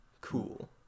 cool